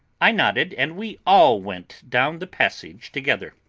i nodded, and we all went down the passage together.